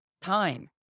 time